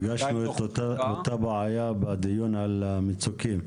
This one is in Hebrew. כן, פגשנו את אותה בעיה בדיון על המצוקים.